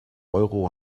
euro